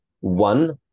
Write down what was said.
One